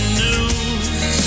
news